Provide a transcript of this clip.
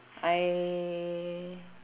I